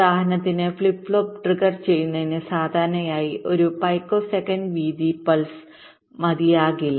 ഉദാഹരണത്തിന് flip flop trigger ചെയ്യുന്നതിന് സാധാരണയായി ഒരു പിക്കോസെക്കൻഡ് വീതി പൾസ്മതിയാകില്ല